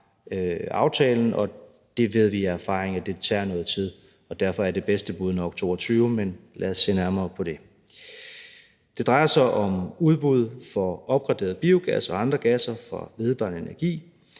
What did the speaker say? og det ved vi af erfaring tager noget tid. Derfor er det bedste bud nok 2022, men lad os se nærmere på det. Det drejer sig om udbud for opgraderet biogas og andre gasser fra vedvarende energi